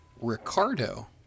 Ricardo